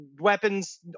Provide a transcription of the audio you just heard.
weapons